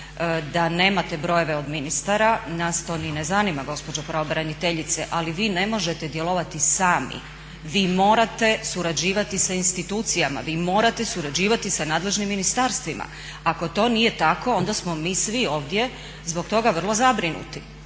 da nemate brojeve od ministara. Nas to ni ne zanima, gospođo pravobraniteljice, ali vi ne možete djelovati sami, vi morate surađivati sa institucijama, vi morate surađivati sa nadležnim ministarstvima. Ako to nije tako onda smo mi svi ovdje zbog toga vrlo zabrinuti.